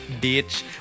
bitch